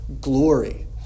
glory